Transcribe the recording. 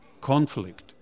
conflict